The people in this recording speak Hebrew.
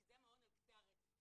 כי זה מעון על קצה הרצף,